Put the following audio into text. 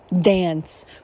Dance